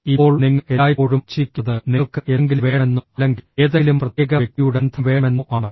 ഇപ്പോൾ നിങ്ങൾ എല്ലായ്പ്പോഴും ചിന്തിക്കുന്നത് നിങ്ങൾക്ക് എന്തെങ്കിലും വേണമെന്നോ അല്ലെങ്കിൽ ഏതെങ്കിലും പ്രത്യേക വ്യക്തിയുടെ ബന്ധം വേണമെന്നോ ആണ്